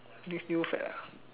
next few fad ah